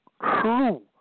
true